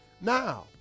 Now